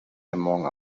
among